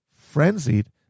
frenzied